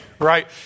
right